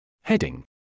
Heading